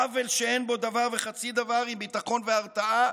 עוול שאין בו דבר וחצי דבר עם ביטחון והרתעה,